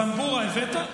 זמבורה הבאת?